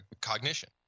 cognition